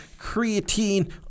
creatine